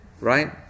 right